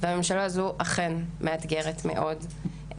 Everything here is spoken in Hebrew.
והממשלה הזו אכן מאתגרת מאוד.